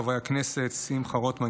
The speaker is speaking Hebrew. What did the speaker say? חברי הכנסת שמחה רוטמן,